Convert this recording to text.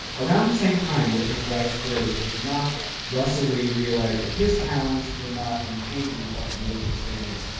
around the same time that his wife's career was taking off, rusell lee realized that his talents were not in painting. in fact, if you look at his paintings,